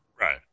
Right